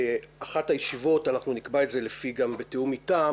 באחת הישיבות אנחנו נקבע את זה גם בתיאום איתם